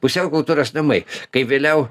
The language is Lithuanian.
pusiau kultūros namai kai vėliau